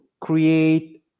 create